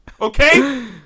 Okay